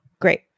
Great